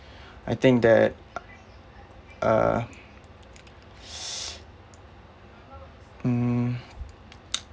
I think that uh mm